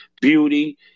beauty